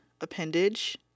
appendage